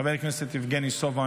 חבר הכנסת יבגני סובה,